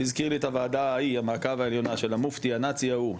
זה הזכיר לי את הוועדה ההיא המעקב העליונה של המופתי הנאצי ההוא,